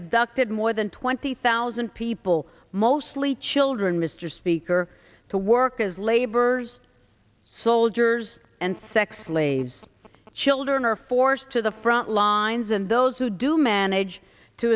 abducted more than twenty thousand people mostly children mr speaker to work as laborers soldiers and sex slaves children are forced to the front lines and those who do manage to